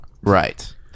right